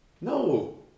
No